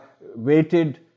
weighted